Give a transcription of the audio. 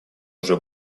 уже